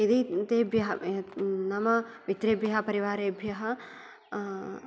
यदि तेभ्य नाम मित्रेभ्य परिवारेभ्य